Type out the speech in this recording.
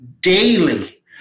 daily